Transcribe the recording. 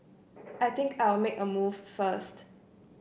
I think I'll make a move first